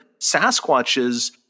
Sasquatches